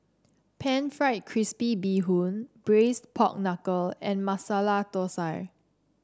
pan fried crispy Bee Hoon Braised Pork Knuckle and Masala Thosai